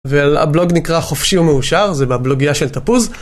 והבלוג נקרא חופשי ומאושר, זה בבלוגיה של תפוז.